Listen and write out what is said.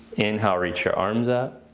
inhale reach your arms up.